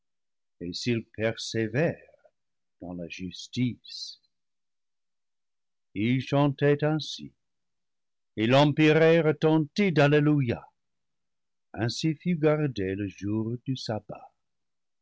et s'ils persévèrent dans la justice ils chantaient ainsi et l'empyrée retentit d'alleluia ainsi fut gardé le jour du sabbat